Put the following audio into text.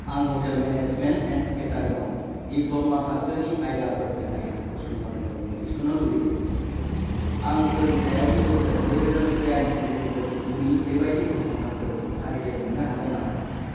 आं hotel management and catering आव diploma थाखोनि आयदाफोर होनाय फसंथानफोराव मुं थिसन्नो लुगैदों आं सोलोंथायारि बोसोर नैरोजा जिदाइन नैरोजा जिगुनि बेबायदि फसंथानफोरनि फारिलाइ मोन्नो हागोन नामा